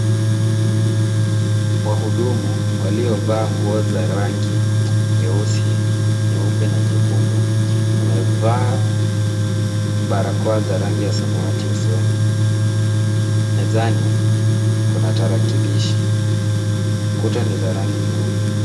Wahudumu waliovaa nguo za rangi nyeusi, nyeupe na nyekundu, wamevaa barakoa za rangi ya samawati usoni. Mezani kuna tarakilishi. Kuta ni za rangi nyeupe.